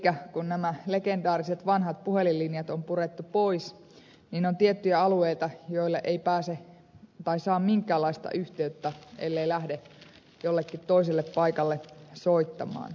elikkä kun nämä legendaariset vanhat puhelinlinjat on purettu pois niin on tiettyjä alueita joille ei saa minkäänlaista yhteyttä ellei lähde jollekin toiselle paikalle soittamaan